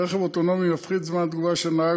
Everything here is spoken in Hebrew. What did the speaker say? רכב אוטונומי מפחית את זמן התגובה של הנהג